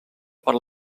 per